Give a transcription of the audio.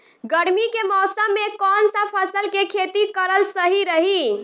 गर्मी के मौषम मे कौन सा फसल के खेती करल सही रही?